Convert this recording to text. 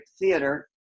theater